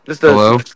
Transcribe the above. Hello